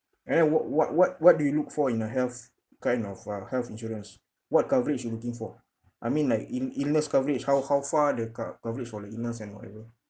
and then what what what what do you look for in a health kind of uh health insurance what coverage you looking for I mean like ill illness coverage how how far the co~ coverage for the illness and whatever